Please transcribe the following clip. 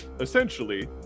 essentially